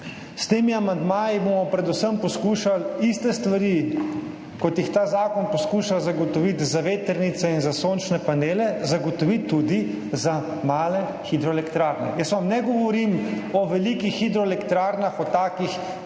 S temi amandmaji bomo predvsem poskušali iste stvari, kot jih ta zakon poskuša zagotoviti za vetrnice in za sončne panele, zagotoviti tudi za male hidroelektrarne. Jaz vam ne govorim o velikih hidroelektrarnah, o takih